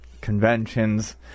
conventions